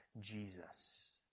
Jesus